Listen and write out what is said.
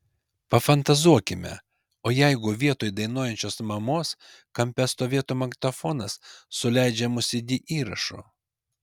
pafantazuokime o jeigu vietoj dainuojančios mamos kampe stovėtų magnetofonas su leidžiamu cd įrašu